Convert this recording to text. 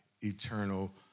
eternal